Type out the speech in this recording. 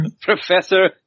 Professor